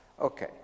Okay